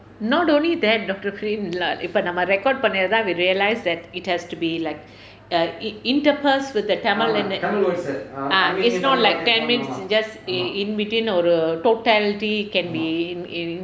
not only that doctor free~ இப்ப நம்ம:ippa namma record பண்ணி தான்:panni thaan we realise that it has to be like err interspersed with the tamil in it ah it's not like ten minutes just in between or a totality can be included so then how